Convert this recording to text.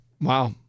Wow